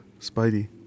Spidey